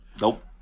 Nope